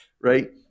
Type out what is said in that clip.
Right